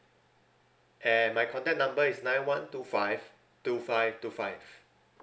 and my contact number is nine one two five two five two five